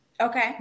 Okay